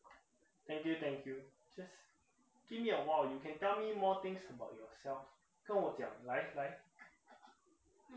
thank you thank you cheers give me a while you can tell me more things about yourself 跟我讲来来